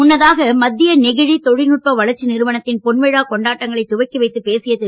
முன்னதாக மத்திய நெகிழி தொழில்நுட்ப வளர்ச்சி நிறுவனத்தின் பொன்விழா கொண்டாட்டங்களை துவக்கி வைத்து பேசிய திரு